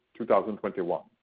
2021